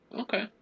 Okay